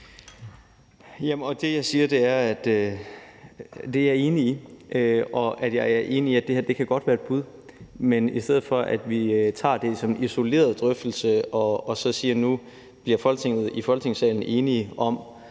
det, jeg siger, er, at det er jeg enig i. Og jeg er enig i, at det her godt kan være et bud. Men i stedet for at vi tager det som en isoleret drøftelse og siger, at nu bliver vi i Folketingssalen enige om